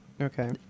Okay